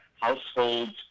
households